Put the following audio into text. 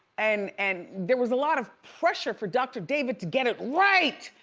and and there was a lot of pressure for dr. david to get it right,